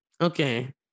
okay